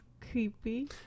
creepy